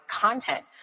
content